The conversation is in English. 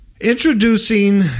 Introducing